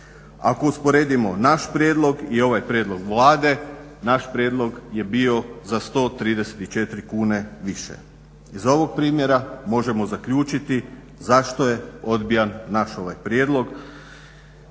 Ako usporedimo naš prijedlog i ovaj prijedlog Vlade naš prijedlog je bio za 134 kune više. Iz ovog primjera možemo zaključiti zašto je odbijan naš ovaj prijedlog